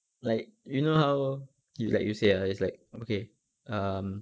like you know how he like you say ah is like okay um